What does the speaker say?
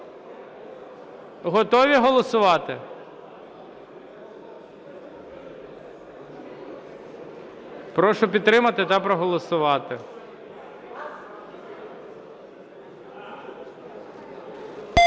Готові голосувати? Прошу підтримати та проголосувати.